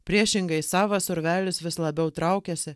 priešingai savas urvelis vis labiau traukiasi